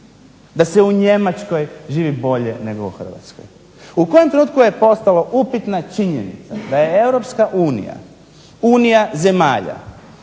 da se u Njemačkoj živi bolje nego u Hrvatskoj. U kojem trenutku je postala upitna činjenica da je Europska unija, unija zemalja